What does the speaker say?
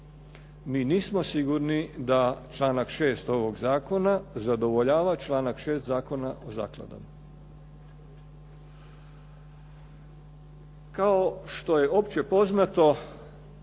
mi nismo sigurni da članak 6. ovog zakona zadovoljava članak 6. Zakona o zakladama. Kao što je opće poznato